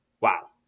Wow